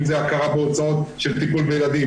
אם זה הכרה בהוצאות של טיפול בילדים,